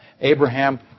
Abraham